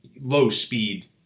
low-speed